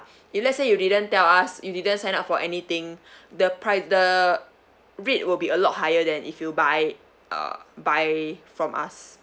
if let's say you didn't tell us you didn't sign up for anything the pr~ the rate will be a lot higher than if you buy uh buy from us